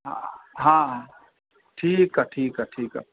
हा हा ठीकु आहे ठीकु आहे ठीकु आहे